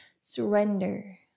surrender